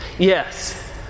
Yes